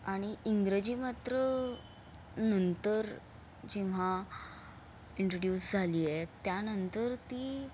आणि इंग्रजी मात्र नंतर जेव्हा इंट्रड्युस झाली आहे त्यानंतर ती